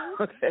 Okay